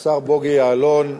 השר בוגי יעלון,